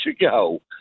ago